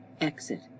Exit